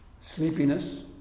sleepiness